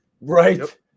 Right